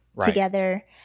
together